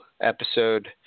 episode